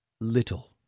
Little